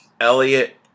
elliot